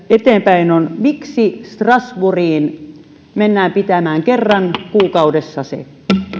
eteenpäin on miksi strasbourgiin mennään pitämään kerran kuukaudessa se